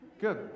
Good